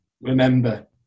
Remember